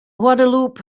guadalupe